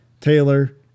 Taylor